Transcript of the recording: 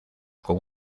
con